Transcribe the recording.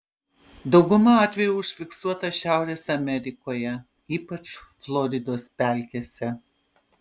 dauguma atvejų užfiksuota šiaurės amerikoje ypač floridos pelkėse